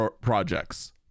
projects